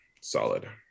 solid